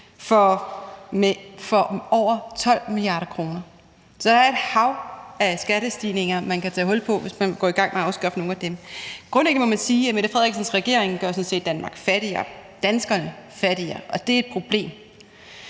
for over 12 mia. kr., så der er et hav af skattestigninger, man kan tage hul på, hvis man går i gang med at afskaffe nogle af dem. Grundlæggende må man sige, at Mette Frederiksens regering sådan set gør Danmark fattigere, gør danskerne fattigere, og det er et problem.